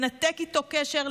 לנתק איתו קשר,